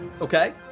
Okay